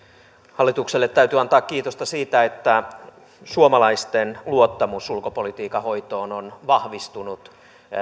hallitukselle täytyy antaa kiitosta siitä että suomalaisten luottamus ulkopolitiikan hoitoon on vahvistunut